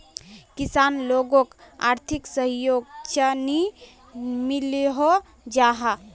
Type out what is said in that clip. किसान लोगोक आर्थिक सहयोग चाँ नी मिलोहो जाहा?